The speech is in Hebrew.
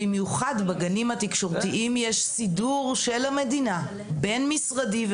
במיוחד בגנים התקשורתיים יש סידור של המדינה בין משרדים.